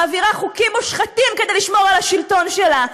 מעבירה חוקים מושחתים כדי לשמור על השלטון שלה.